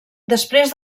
després